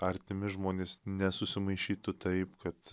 artimi žmonės nesusimaišytų taip kad